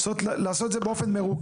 זאת אומרת, לעשות את זה באופן מרוכז.